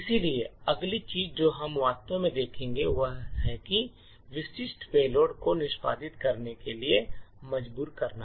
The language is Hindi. इसलिए अगली चीज जो हम वास्तव में देखेंगे वह है विशिष्ट पेलोड को निष्पादित करने के लिए मजबूर करना